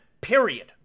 period